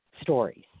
stories